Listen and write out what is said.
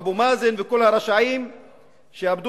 אבו מאזן וכל הרשעים,